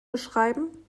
beschreiben